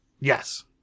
Yes